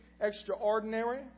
extraordinary